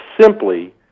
simply